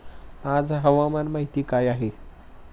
आज हवामान माहिती काय आहे?